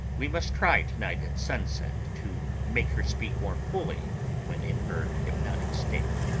we must try to-night at sunset to make her speak more fully when in her hypnotic state.